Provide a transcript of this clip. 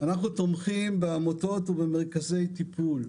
אנחנו תומכים בעמותות ובמרכזי טיפול.